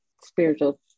spiritual